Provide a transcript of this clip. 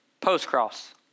post-cross